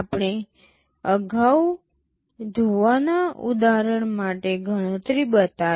આપણે અગાઉ ધોવાનાં ઉદાહરણ માટે ગણતરી બતાવી